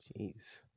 Jeez